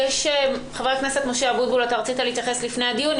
חבר הכנסת משה אבוטבול, רצית להתייחס לפני הדיון.